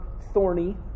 Thorny